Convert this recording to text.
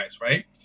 right